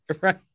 right